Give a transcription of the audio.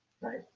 right